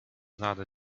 another